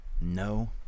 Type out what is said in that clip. No